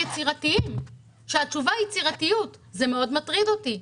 זה מאוד מטריד אותי.